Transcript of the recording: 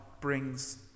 brings